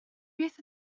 beth